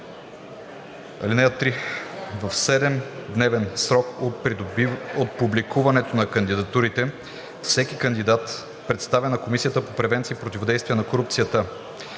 3. В 7-дневен срок от публикуването на кандидатурите всеки кандидат представя на Комисията по превенция и противодействие на корупцията: